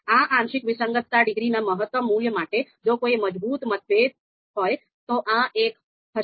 આ આંશિક વિસંગતતા ડિગ્રીના મહત્તમ મૂલ્ય માટે જો કોઈ મજબૂત મતભેદ હોય તો આ એક હશે